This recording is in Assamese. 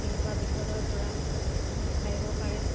তেনেকুৱা বিপদৰ পৰা হাত সাৰিব পাৰে